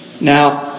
Now